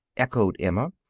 echoed emma,